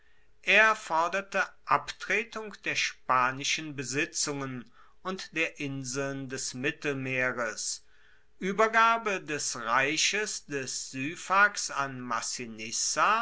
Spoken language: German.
er forderte abtretung der spanischen besitzungen und der inseln des mittelmeeres uebergabe des reiches des syphax an